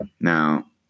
Now